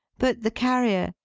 but the carrier,